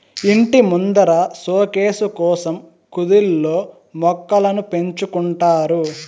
ఇంటి ముందర సోకేసు కోసం కుదిల్లో మొక్కలను పెంచుకుంటారు